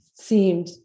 seemed